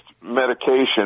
medication